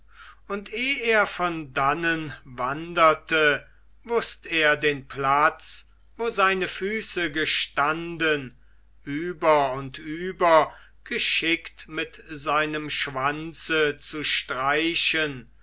und eh er von dannen wanderte wußt er den platz wo seine füße gestanden über und über geschickt mit seinem schwanze zu streichen